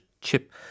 chip